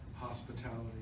hospitality